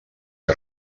que